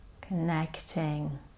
Connecting